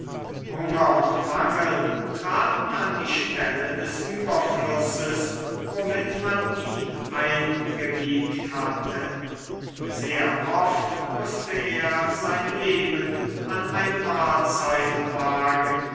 hunger und mangel traten an die stelle des überflusses womit man ihn eingewiegt hatte sehr oft mußte er sein leben an eine mahlzeit wagen